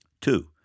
Two